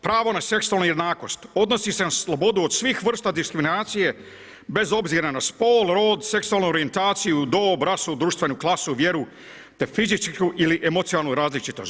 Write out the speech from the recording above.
Pravo na seksualnu jednakost odnosi se na slobodu od svih vrsta diskriminacije bez obzira na spol, rod, seksualnu orijentaciju, dob, rasu, društvenu klasu, vjeru te fizičku ili emocionalnu različitost.